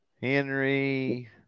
Henry